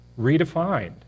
redefined